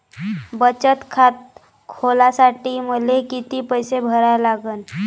बचत खात खोलासाठी मले किती पैसे भरा लागन?